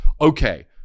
okay